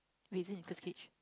wait is it Nicholas-Cage